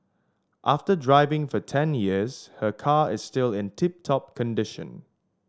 after driving for ten years her car is still in tip top condition